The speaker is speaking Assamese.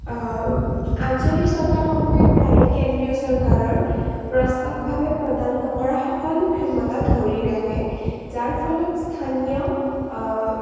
আঞ্চলিক চৰকাৰসমূহে প্ৰায়ে কেন্দ্ৰীয় চৰকাৰৰ প্ৰস্তাৱভাৱে প্ৰদান নকৰা সকলো ক্ষমতা ধৰি ৰাখে যাৰ ফলত স্থানীয়